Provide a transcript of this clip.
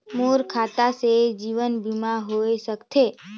मोर खाता से जीवन बीमा होए सकथे?